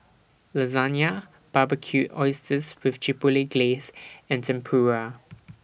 Lasagna Barbecued Oysters with Chipotle Glaze and Tempura